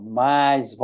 mais